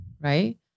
right